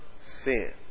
sin